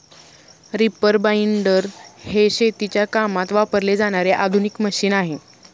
reaper binder हे शेतीच्या कामात वापरले जाणारे आधुनिक मशीन आहे